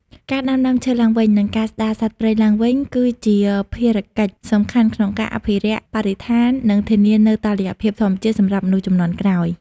ការដាំដើមឈើឡើងវិញ និងការស្ដារសត្វព្រៃឡើងវិញ គឺជាកិច្ចការសំខាន់ក្នុងការអភិរក្សបរិស្ថាន និងធានានូវតុល្យភាពធម្មជាតិសម្រាប់មនុស្សជំនាន់ក្រោយ។